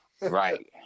Right